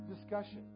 discussion